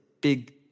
big